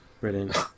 Brilliant